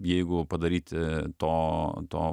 jeigu padaryti to to